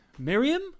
Miriam